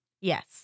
Yes